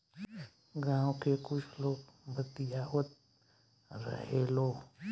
गाँव के कुछ लोग बतियावत रहेलो